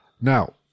Now